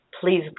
Please